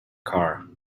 car